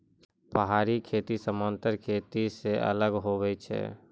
पहाड़ी खेती समान्तर खेती से अलग हुवै छै